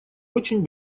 очень